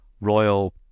royal